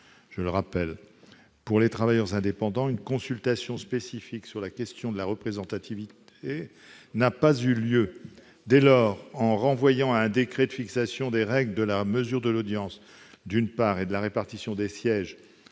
sociaux. Pour les travailleurs indépendants, une consultation spécifique sur la question de la représentativité n'a pas eu lieu. Dès lors, en renvoyant à un décret la fixation des règles de la mesure de l'audience et de la répartition des sièges